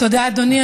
תודה, אדוני.